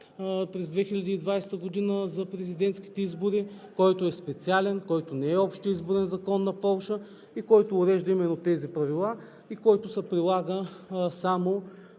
през 2020 г. Закон за президентските избори, който е специален, който не е общ изборен закон на Полша, който урежда именно тези правила, и който се прилага само